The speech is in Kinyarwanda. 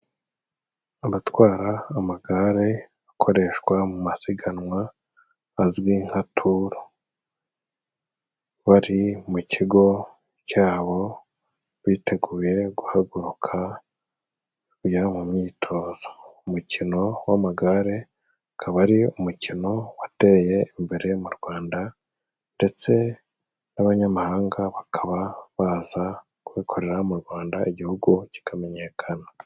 Abatwara amagare akoreshwa mu masiganwa azwi nka turu. Bari mu kigo cyabo biteguye guhaguruka kujya mu myitozo. Umukino w'amagare akaba ari umukino wateye imbere mu Rwanda, ndetse n'abanyamahanga bakaba baza, kubikorera mu Rwanda igihugu kikamenyekana.